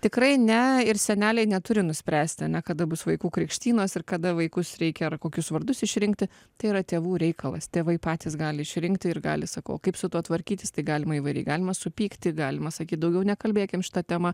tikrai ne ir seneliai neturi nuspręsti ane kada bus vaikų krikštynos ir kada vaikus reikia ar kokius vardus išrinkti tai yra tėvų reikalas tėvai patys gali išrinkti ir gali sakau kaip su tuo tvarkytis tai galima įvairiai galima supykti galima sakyt daugiau nekalbėkim šitą temą